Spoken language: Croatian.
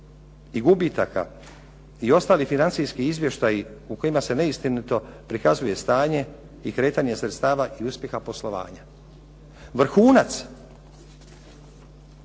i gubitaka i ostali financijski izvještaji u kojima se neistinito prikazuje stanje i kretanje sredstava i uspjeha poslovanja. Vrhunac